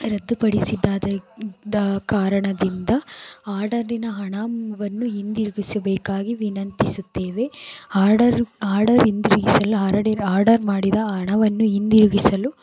ರದ್ದುಪಡಿಸಿದ ಕಾರಣದಿಂದ ಆರ್ಡರಿನ ಹಣವನ್ನು ಹಿಂದಿರುಗಿಸಬೇಕಾಗಿ ವಿನಂತಿಸುತ್ತೇವೆ ಆರ್ಡರ್ ಆರ್ಡರ್ ಹಿಂದಿರುಗಿಸಲು ಆಲ್ರೆಡಿ ಆರ್ಡರ್ ಮಾಡಿದ ಹಣವನ್ನು ಹಿಂದಿರುಗಿಸಲು